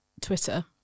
Twitter